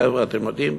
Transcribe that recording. חבר'ה, אתם יודעים,